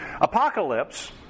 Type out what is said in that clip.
Apocalypse